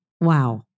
Wow